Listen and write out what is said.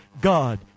God